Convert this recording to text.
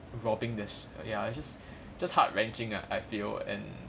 robbing this ya just just heart wrenching ah I feel and